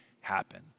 happen